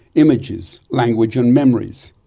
images, language and memories.